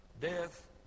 Death